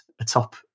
atop